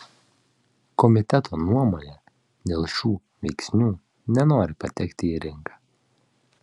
komiteto nuomone dėl šių veiksnių nenori patekti į rinką